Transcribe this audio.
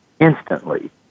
instantly